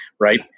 Right